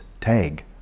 tag